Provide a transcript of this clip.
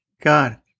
God